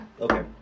Okay